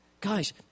guys